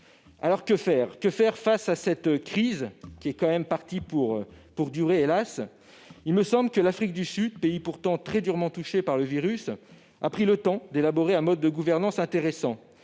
liberté. Que faire face à cette crise, qui est, hélas, partie pour durer ? Il me semble que l'Afrique du Sud, pays pourtant très durement touché par le virus, a pris le temps d'élaborer un mode de gouvernance intéressant